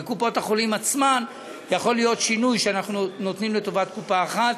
בקופות-החולים עצמן יכול להיות שינוי שאנחנו נותנים לטובת קופה אחת,